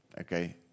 Okay